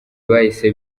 bahise